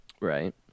right